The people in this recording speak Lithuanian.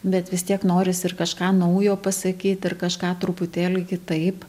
bet vis tiek norisi ir kažką naujo pasakyt ir kažką truputėlį kitaip